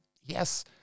yes